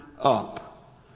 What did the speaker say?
up